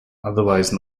otherwise